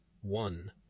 One